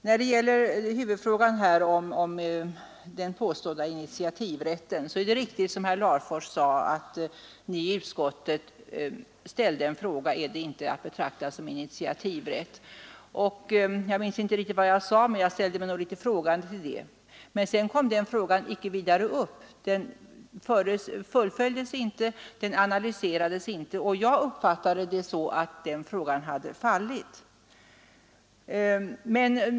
När det gäller den omstridda initiativrätten är det riktigt, som herr Larfors sade, att han i utskottet ställde frågan om inte detta är att betrakta såsom ett ianspråktagande av initiativrätten. Jag minns inte riktigt vad jag svarade, men jag ställde mig som jag minns litet undrande. Sedan kom frågan inte vidare upp. Den fullföljdes inte och den analyserades inte. Jag uppfattade det så att frågan hade fallit.